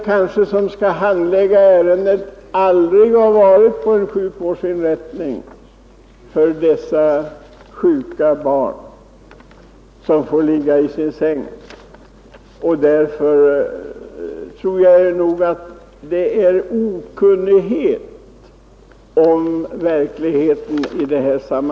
Kanske de som skall handlägga ärendet aldrig har varit på en sjukvårdsinrättning för dessa sjuka barn som får ligga i sängen. Jag tror nog att det beror på okunnighet om verkligheten.